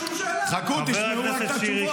השר משיב.